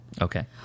Okay